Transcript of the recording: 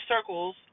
circles